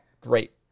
Great